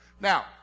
Now